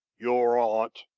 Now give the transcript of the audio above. your aunt,